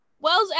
Wells